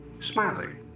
smiling